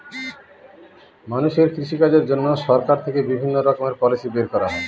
মানুষের কৃষিকাজের জন্য সরকার থেকে বিভিণ্ণ রকমের পলিসি বের করা হয়